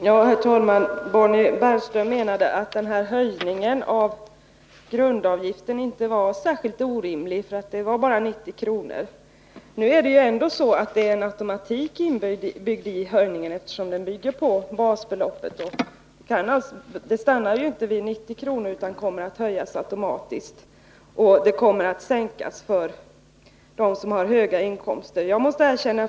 Herr talman! Bonnie Bernström menade att höjningen av grundavgiften inte var särskilt orimlig — den var bara 90 kr. Men det är ju ändå en automatik inbyggd i höjningen, eftersom avgiften bygger på basbeloppet och inte kommer att stanna vid 90 kr. utan kommer att höjas automatiskt. Och det kommer att bli sänkningar för dem som har höga inkomster.